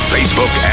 Facebook